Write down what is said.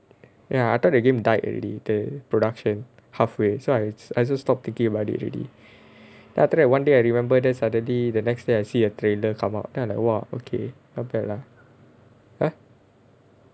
ya I thought the game died already the production halfway so I I also stopped thinking about it already then after that one day I remember then suddenly the next day I see a trailer come up then I like !wah! okay not bad lah !huh!